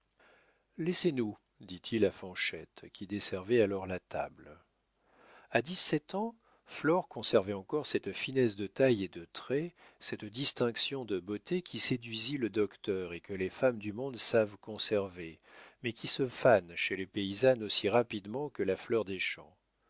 laissez-nous dit-il à fanchette qui desservait alors la table a dix-sept ans flore conservait encore cette finesse de taille et de traits cette distinction de beauté qui séduisit le docteur et que les femmes du monde savent conserver mais qui se fanent chez les paysannes aussi rapidement que la fleur des champs